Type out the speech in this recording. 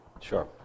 Sure